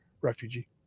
refugee